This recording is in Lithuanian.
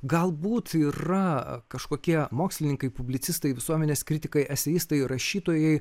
galbūt yra kažkokie mokslininkai publicistai visuomenės kritikai eseistai rašytojai